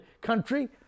country